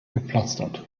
gepflastert